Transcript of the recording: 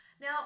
Now